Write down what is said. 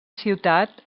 ciutat